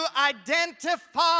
identify